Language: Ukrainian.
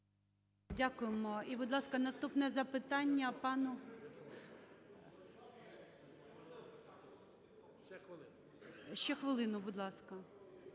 Дякуємо. І, будь ласка, наступне запитання пану… (Шум у залі) Ще хвилину, будь ласка.